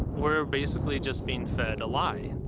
we're basically just being fed a lie.